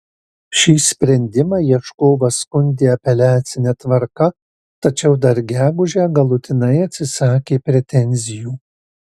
šį sprendimą ieškovas skundė apeliacine tvarka tačiau dar gegužę galutinai atsisakė pretenzijų